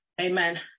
amen